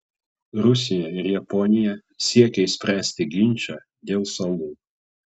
rusija ir japonija siekia išspręsti ginčą dėl salų